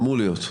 אמור להיות.